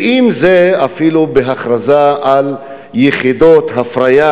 ואם זה אפילו בהכרזה על יחידות הפריה